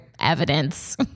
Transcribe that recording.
evidence